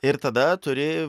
ir tada turi